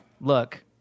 Look